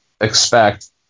expect